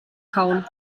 kauen